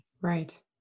Right